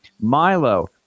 milo